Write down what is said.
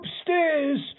upstairs